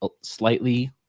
slightly